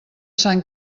sant